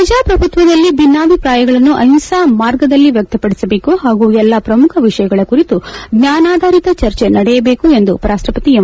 ಪ್ರಜಾಪ್ರಭುತ್ವದಲ್ಲಿ ಭಿನ್ನಾಭಿಪ್ರಾಯಗಳನ್ನು ಅಹಿಂಸಾ ಮಾರ್ಗದಲ್ಲಿ ವ್ಯಕ್ತಪಡಿಸಬೇಕು ಹಾಗೂ ಎಲ್ಲಾ ಪ್ರಮುಖ ವಿಷಯಗಳ ಕುರಿತು ಜ್ವಾನಾಧಾರಿತ ಚರ್ಚೆ ನಡೆಯಬೇಕು ಎಂದು ಉಪರಾಷ್ಟಪತಿ ಎಂ